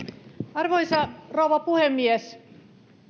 arvoisa rouva puhemies